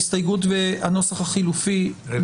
הצבעה ההסתייגויות לא התקבלו.